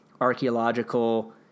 archaeological